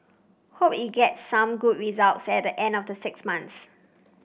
hope it gets some good result set the end of the six months